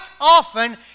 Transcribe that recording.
often